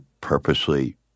purposely